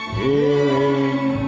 hearing